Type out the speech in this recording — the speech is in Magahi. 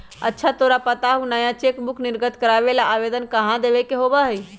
अच्छा तोरा पता हाउ नया चेकबुक निर्गत करावे ला आवेदन कहाँ देवे के होबा हई?